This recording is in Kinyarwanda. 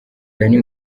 danny